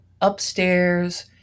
upstairs